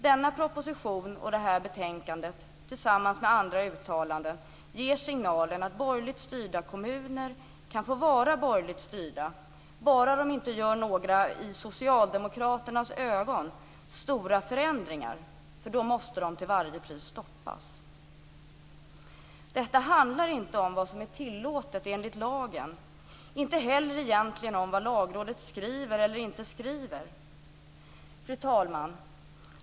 Denna proposition och detta betänkande, tillsammans med andra uttalanden, ger signalen att borgerligt styrda kommuner kan få vara borgerligt styrda - bara de inte gör några i socialdemokraternas ögon stora förändringar. Då måste de till varje pris stoppas. Detta handlar inte om vad som är tillåtet enligt lagen, inte heller egentligen om vad Lagrådet skriver eller inte skriver. Fru talman!